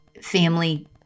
family